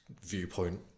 viewpoint